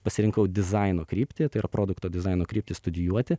pasirinkau dizaino kryptį tai yra produkto dizaino kryptį studijuoti